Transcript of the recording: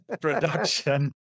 production